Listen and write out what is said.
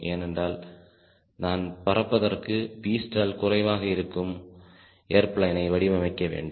ஏனென்றால் நான் பிறப்பதற்கு Vstall குறைவாக இருக்கும் ஏர்பிளேனை வடிவமைக்க வேண்டும்